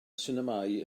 sinemâu